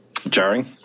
jarring